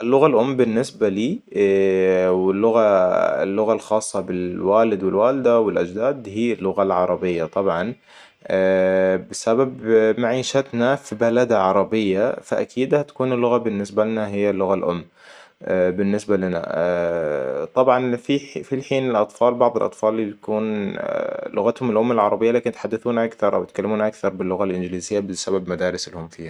اللغة الأم بالنسبة لي واللغة اللغة الخاصة بالوالد والوالدة والأجداد هي اللغة العربية طبعا. بسبب معيشتنا في بلد عربية فأكيد هتكون اللغة بالنسبة لنا هي اللغة الأم. بالنسبة لنا طبعاً في حي -في الحين الأطفال بعض الأطفال يكون لغتهم الأم العربية لكن يتحدثون أكتر او يتكلمون أكثر باللغة الانجليزية بسبب مدارسهم فيها